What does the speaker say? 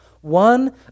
One